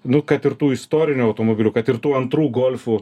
nu kad ir tų istorinių automobilių kad ir tų antrų golfų